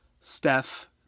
Steph